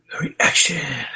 Reaction